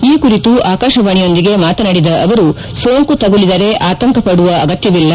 ಈ ಕುರಿತು ಆಕಾಶವಾಣಿಯೊಂದಿಗೆ ಮಾತನಾಡಿದ ಅವರು ಸೋಂಕು ತಗುಲಿದರೆ ಆತಂಕ ಪಡುವ ಅಗತ್ಯವಿಲ್ಲ